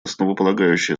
основополагающее